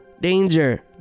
Danger